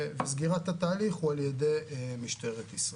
סגירת התהליך היא על ידי משטרת ישראל.